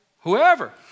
whoever